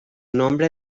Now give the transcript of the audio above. nombre